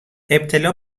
ابتلا